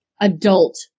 adult